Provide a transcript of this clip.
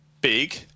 big